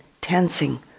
tensing